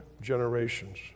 generations